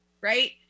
right